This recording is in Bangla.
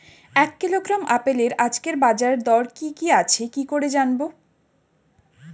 এক কিলোগ্রাম আপেলের আজকের বাজার দর কি কি আছে কি করে জানবো?